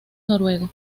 noruego